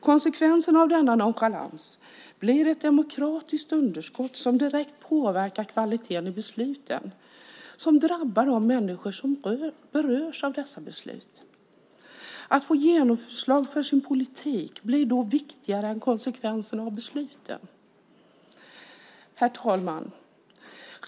Konsekvensen av denna nonchalans blir ett demokratiskt underskott som direkt påverkar kvaliteten i besluten, som drabbar de människor som berörs av dessa beslut. Att få genomslag för sin politik blir då viktigare än konsekvenserna av besluten. Herr talman!